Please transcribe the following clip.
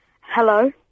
Hello